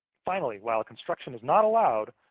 finally, while construction is not allowed,